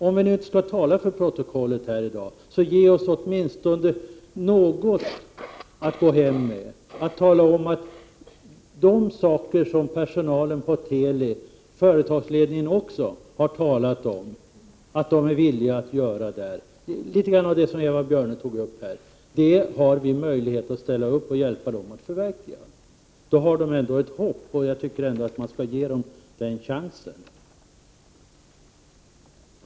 Om vi nu inte skall tala för protokollet kan väl arbetsmarknadsministern ge oss åtminstone något att ta med oss hem, så att vi kan säga att de saker som personalen och företagsledningen vid Teli har talat om att de är villiga att göra — alltså litet av det som Eva Björne tog upp här — har vi möjlighet att ställa upp för och kan hjälpa dem att förverkliga. Då har de ändå ett hopp. Jag tycker att vi skall ge dem den chansen.